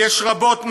ויש רבות מהן,